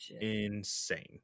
insane